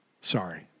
Sorry